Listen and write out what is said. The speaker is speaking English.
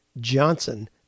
Johnson